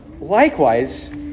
Likewise